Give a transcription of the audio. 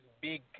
big